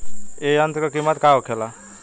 ए यंत्र का कीमत का होखेला?